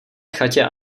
chatě